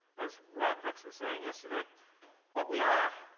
as rod brooks was saying yesterday what we are,